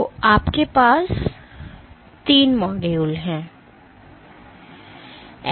तो आपके पास तीन मॉड्यूल हैं